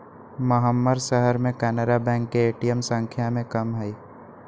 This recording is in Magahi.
महम्मर शहर में कनारा बैंक के ए.टी.एम संख्या में कम हई